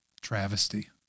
travesty